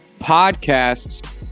podcasts